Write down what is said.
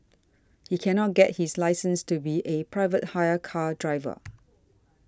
he cannot get his license to be a private hire car driver